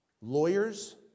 lawyers